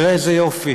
תראה איזה יופי,